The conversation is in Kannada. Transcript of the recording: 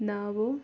ನಾವು